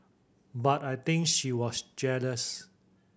but I think she was jealous